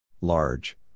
Large